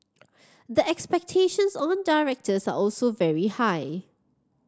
the expectations on directors are also very high